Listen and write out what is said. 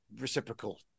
reciprocal